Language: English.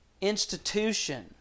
institution